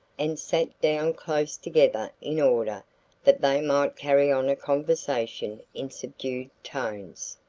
and sat down close together in order that they might carry on a conversation in subdued tones.